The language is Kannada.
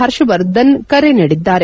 ಹರ್ಷವರ್ಧನ್ ಕರೆ ನೀಡಿದ್ದಾರೆ